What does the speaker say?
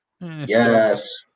Yes